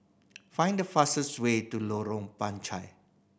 find the fastest way to Lorong Panchar